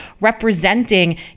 representing